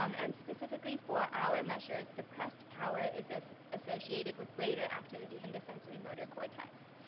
um and specifically for our measures, suppressed power is is associated with greater activity in the sensory motor cortex.